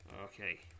Okay